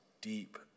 deep